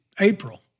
April